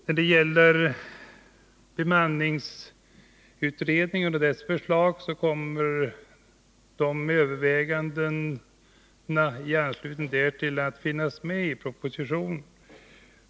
När det gäller bemanningsutredningen och dess förslag kommer övervägandena i anslutning därtill att finnas med i propositionen.